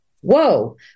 whoa